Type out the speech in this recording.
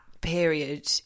period